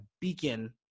beacon